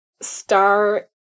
Star